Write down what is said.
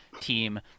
team